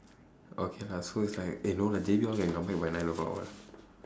okay lah so it's like eh no lah J_B all can come back by nine o'clock [what]